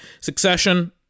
Succession